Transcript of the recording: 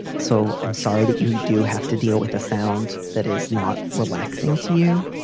so i'm sorry that you do have to deal with a sound that is not relaxing to you,